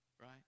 Right